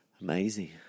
Amazing